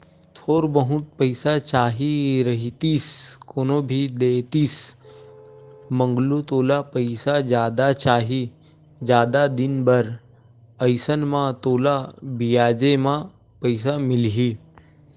थोर बहुत पइसा चाही रहितिस कोनो भी देतिस मंगलू तोला पइसा जादा चाही, जादा दिन बर अइसन म तोला बियाजे म पइसा मिलही